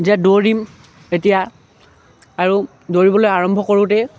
যে দৌৰিম এতিয়া আৰু দৌৰিবলৈ আৰম্ভ কৰোঁতে